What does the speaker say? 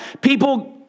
people